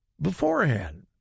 beforehand